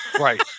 Right